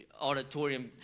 auditorium